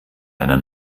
deiner